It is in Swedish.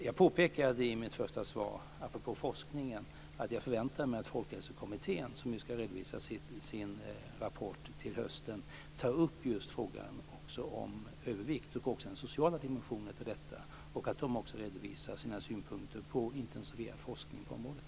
Jag påpekade i mitt första svar apropå forskningen att jag förväntar mig att Folkhälsokommittén, som ska redovisa sin rapport till hösten, tar upp frågan om övervikt och den sociala dimensionen. De ska redovisa sina synpunkter på intensifierad forskning på området.